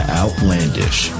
outlandish